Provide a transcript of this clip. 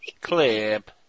clip